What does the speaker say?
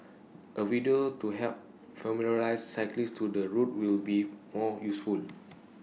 A video to help familiarise cyclists to the route will be more useful